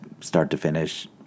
start-to-finish